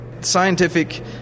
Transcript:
Scientific